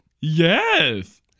Yes